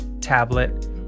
tablet